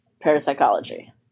Parapsychology